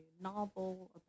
novel